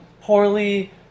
poorly